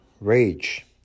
rage